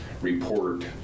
report